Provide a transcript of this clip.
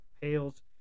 pails